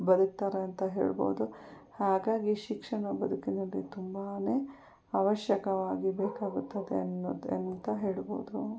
ಬದುಕ್ತಾರೆ ಅಂತ ಹೇಳ್ಬೋದು ಹಾಗಾಗಿ ಶಿಕ್ಷಣ ಬದುಕಿನಲ್ಲಿ ತುಂಬಾ ಅವಶ್ಯಕವಾಗಿ ಬೇಕಾಗುತ್ತದೆ ಅನ್ನೋದು ಅಂತ ಹೇಳ್ಬೋದು